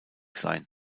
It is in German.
sein